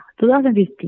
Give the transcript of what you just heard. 2015